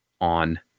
on